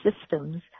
systems